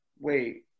wait